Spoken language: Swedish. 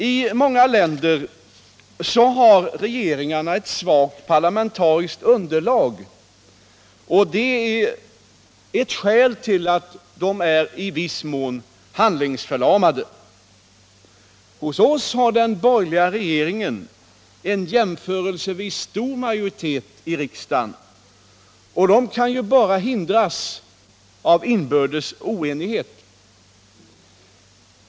I många länder har regeringarna ett svagt parlamentariskt underlag, och det är ett skäl till att de är i viss mån handlingsförlamade. Hos oss har de borgerliga en jämförelsevis stor majoritet i riksdagen, och de kan ju bara hindras av inbördes oenighet.